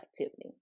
activity